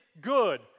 good